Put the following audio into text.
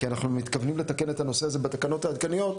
כי אנחנו מתכוונים לתקן את הנושא הזה בתקנות העדכניות.